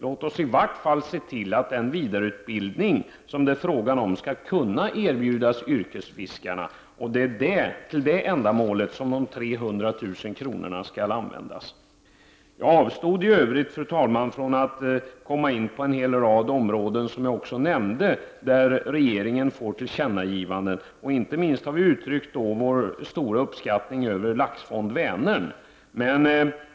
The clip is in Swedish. Låt oss i varje fall se till att den vidareutbildning som det är fråga om skall kunna erbjudas yrkesfiskarna. Det är till det ändamålet som dessa 300 000 kr. skall användas. Jag avstod i övrigt, fru talman, från att komma in på en hel rad områden där regeringen får tillkännagivanden. Inte minst har vi uttryckt vår stora uppskattning av Laxfond Vänern.